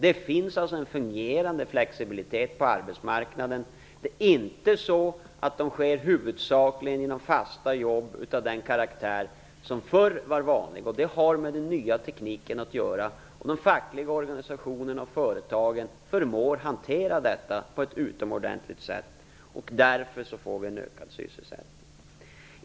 Det finns alltså en fungerande flexibilitet på arbetsmarknaden. Ökningen sker huvudsakligen inte av fasta jobb av den karaktär som förr var vanliga. Det har med den nya tekniken att göra. De fackliga organisationerna och företagen förmår att hantera detta på ett utomordentligt sätt. Därför får vi en ökad sysselsättning.